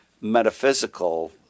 metaphysical